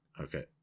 Okay